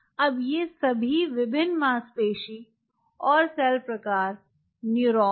अब ये सभी विभिन्न मांसपेशी और सेल्स प्रकार न्यूरॉन्स